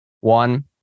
One